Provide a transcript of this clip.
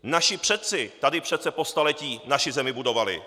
Naši předci tady přece po staletí naši zemi budovali.